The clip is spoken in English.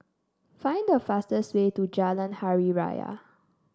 find the fastest way to Jalan Hari Raya